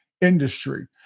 industry